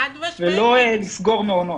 לא לסגור את המעון.